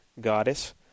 Goddess